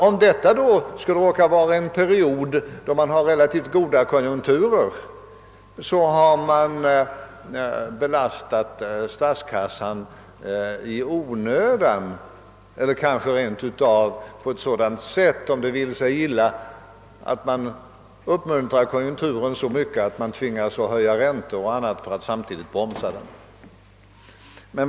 Om det skulle råka bli en period med relativt goda konjunkturer, har man belastat statskassan i onödan. Kanske, om det vill sig illa, sker stimulansen rent av på ett sådant sätt, att konjunkturen stiger så mycket, att man tvingas att höja räntan och vidta andra åtgärder för att samtidigt bromsa konjunkturen.